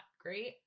great